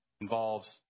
involves